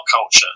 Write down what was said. culture